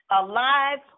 Alive